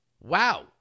Wow